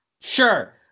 sure